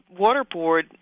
waterboard